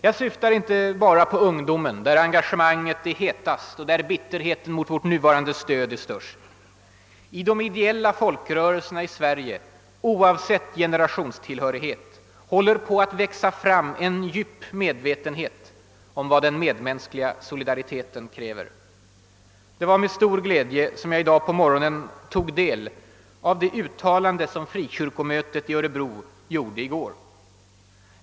Jag syftar inte bara på ungdomen, där engagemanget är hetast och bitterheten mot vårt nuvarande stöd till Portugal är störst. I de ideella folkrörelserna i Sverige håller, oavsett generationstillhörighet, på att växa fram en djup medvetenhet om vad den medmänskliga solidariteten kräver. Det var med stor glädje som jag i morse tog del av det uttalande som frikyrkomötet i Örebro just har gjort.